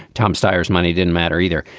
tom steyer's money didn't matter either.